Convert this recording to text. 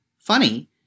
funny